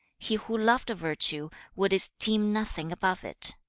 he who loved virtue, would esteem nothing above it.